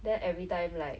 then every time like